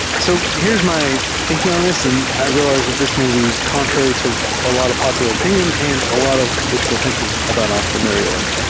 so here's my thinking on this, and i realize that this may be contrary to a lot of popular opinion and a lot of wishful thinking about entrepreneur ial.